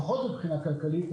לפחות מבחינה כלכלית,